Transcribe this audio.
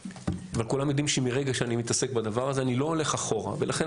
אבל כולם יודעים שמרגע שאני מתעסק בדבר הזה אני לא הולך אחורה ולכן